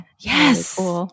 yes